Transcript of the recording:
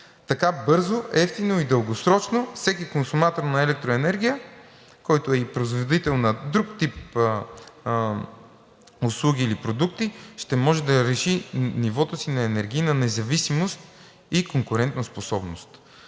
Така бързо, евтино и дългосрочно всеки консуматор на електроенергия, който е и производител на друг тип услуги или продукти, ще може да реши нивото си на енергийна независимост и конкурентоспособност.